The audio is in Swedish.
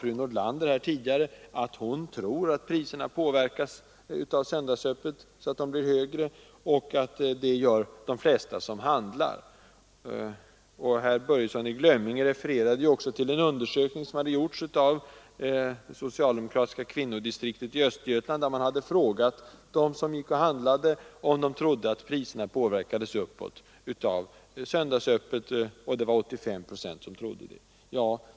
Fru Nordlander sade tidigare att hon tror att priserna har påverkats uppåt av söndagsöppet och att de flesta människor som handlar anser detsamma. Herr Börjesson i Glömminge refererade till en undersökning som gjorts av socialdemokratiska kvinnodistriktet i Östergötland. Där hade man frågat handlande människor om de trodde att priserna hade påverkats uppåt av söndagsöppet, och 85 procent av dem trodde det.